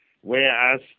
whereas